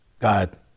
God